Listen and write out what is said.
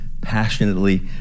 passionately